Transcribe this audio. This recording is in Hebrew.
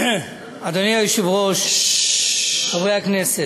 אדוני היושב-ראש, חברי הכנסת,